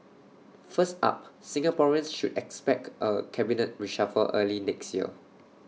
first up Singaporeans should expect A cabinet reshuffle early next year